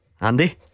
Andy